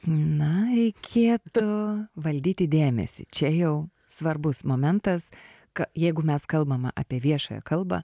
na reikėtų valdyti dėmesį čia jau svarbus momentas ka jeigu mes kalbam apie viešąją kalbą